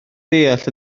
deall